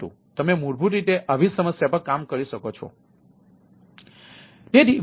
પરંતુ તમે મૂળભૂત રીતે આવી સમસ્યા પર કામ કરી શકો છો